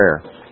prayer